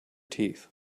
teeth